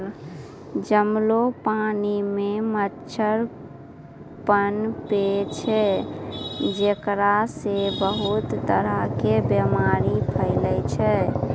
जमलो पानी मॅ मच्छर पनपै छै जेकरा सॅ बहुत तरह के बीमारी फैलै छै